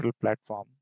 platform